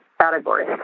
category